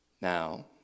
Now